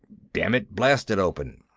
damn it, blast it open!